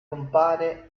compare